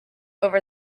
over